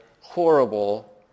horrible